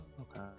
Okay